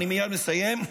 אני מייד מסיים.